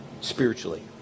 spiritually